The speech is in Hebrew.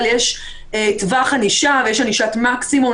יש טווח ענישה ויש ענישת מקסימום.